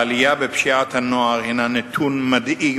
העלייה בפשיעת הנוער הינה נתון מדאיג